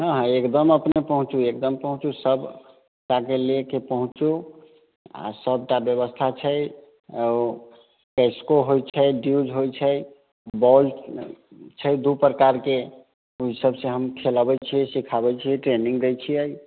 हँ हँ एकदम अपने पहुँचू एकदम पहुँचू सभ गोटाके लेके पहुँचू आओर सभटा व्यवस्था छै ओ कॉस्को होइ छै ड्यूज होइ छै बॉल छै दू प्रकारके उ सभसँ हम खेलेबै छियै सिखाबै छियै ट्रेनिंग दै छिये